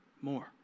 more